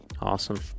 Awesome